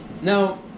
Now